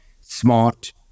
smart